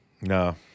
No